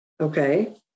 Okay